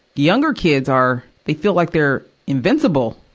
younger kids are, they feel like they're invincible,